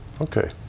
Okay